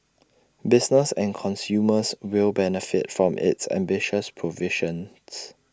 business and consumers will benefit from its ambitious provisions